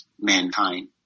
mankind